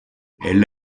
elle